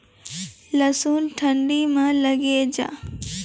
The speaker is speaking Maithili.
लहसुन ठंडी मे लगे जा?